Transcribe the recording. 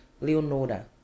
Leonora